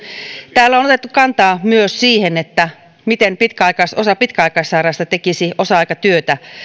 täällä on otettu kantaa myös siihen miten osa pitkäaikaissairaista tekisi osa aikatyötä